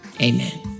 amen